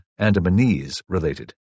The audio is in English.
Andamanese-related